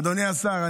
אדוני השר,